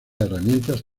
herramientas